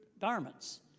garments